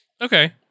Okay